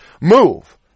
move